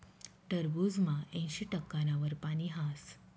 टरबूजमा ऐंशी टक्काना वर पानी हास